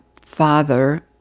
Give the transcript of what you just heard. father